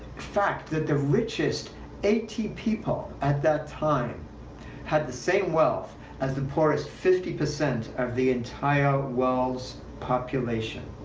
fact that the richest eighty people at that time had the same wealth as the poorest fifty percent of the entire world's population.